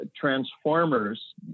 transformers